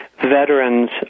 veterans